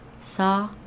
Saw